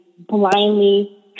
blindly